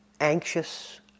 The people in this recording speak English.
anxious